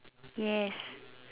yes